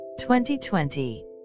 2020